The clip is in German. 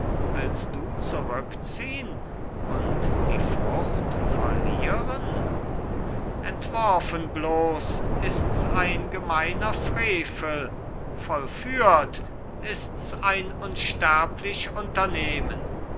zurückziehn und die frucht verlieren entworfen bloß ists ein gemeiner frevel vollführt ists ein unsterblich unternehmen